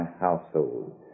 household